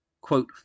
quote